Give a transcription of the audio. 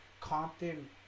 Compton